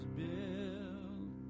built